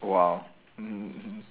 !wow! mmhmm mmhmm